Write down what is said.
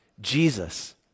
Jesus